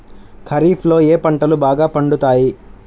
ఖరీఫ్లో ఏ పంటలు బాగా పండుతాయి?